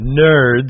nerds